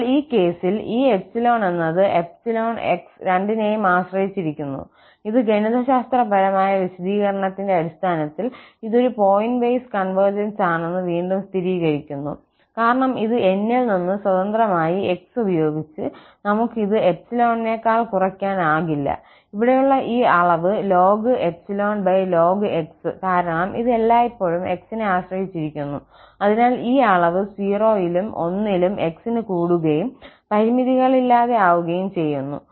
എന്നാൽ ഈ കേസിൽ ഈ 𝜖 എന്നത് 𝜖 𝑥 രണ്ടിനെയും ആശ്രയിച്ചിരിക്കുന്നു ഇത് ഗണിതശാസ്ത്രപരമായ വിശദീകരണത്തിന്റെ അടിസ്ഥാനത്തിൽ ഇത് ഒരു പോയിന്റ് വൈസ് കൺവെർജൻസ് ആണെന്ന് വീണ്ടും സ്ഥിരീകരിക്കുന്നു കാരണം ഇത് N ൽ നിന്ന് സ്വതന്ത്രമായി x ഉപയോഗിച്ച് നമുക്ക് ഇത് 𝜖 ക്കാൾ കുറയ്ക്കാനാകില്ല ഇവിടെയുള്ള ഈ അളവ് x കാരണം ഇത് എല്ലായ്പ്പോഴും x നെ ആശ്രയിച്ചിരിക്കുന്നു അതിനാൽ ഈ അളവ് 0 ലും 1 ലും 𝑥 ന് കൂടുകയും പരിമിതികളില്ലാതെ ആകുകയും ചെയ്യുന്നു